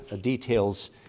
details